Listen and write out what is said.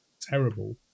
terrible